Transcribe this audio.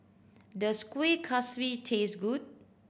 does Kueh Kaswi taste good